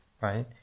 right